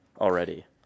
already